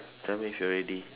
tell me if you're ready